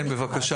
כן, בבקשה.